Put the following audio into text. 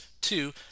Two